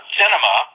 cinema